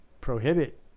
prohibit